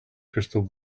crystal